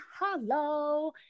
hello